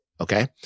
okay